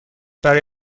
برای